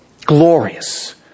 glorious